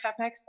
capex